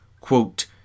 quote